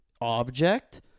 object